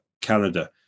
Canada